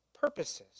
purposes